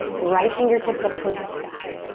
right fingertips up towards the sky.